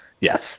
Yes